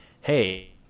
Hey